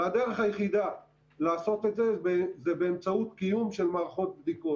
והדרך היחידה לעשות את זה היא באמצעות קיום של מערכות בדיקות.